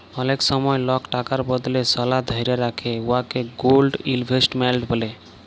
অলেক সময় লক টাকার বদলে সলা ধ্যইরে রাখে উয়াকে গোল্ড ইলভেস্টমেল্ট ব্যলে